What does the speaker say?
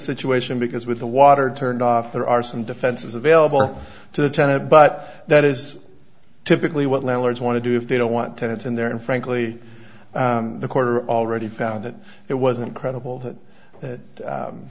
situation because with the water turned off there are some defenses available to the tenant but that is typically what landlords want to do if they don't want tenants in there and frankly the quarter already found that it wasn't credible